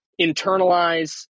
internalize